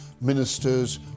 ministers